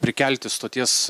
prikelti stoties